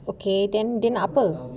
okay then then nak apa